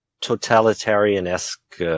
totalitarian-esque